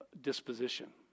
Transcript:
disposition